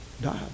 died